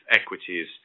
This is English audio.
equities